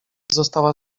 została